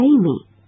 Amy